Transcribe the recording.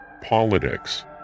politics